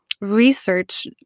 research